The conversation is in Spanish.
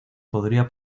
podría